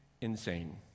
insane